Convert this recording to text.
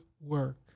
work